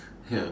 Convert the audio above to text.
ya